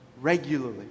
regularly